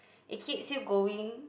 it keeps you going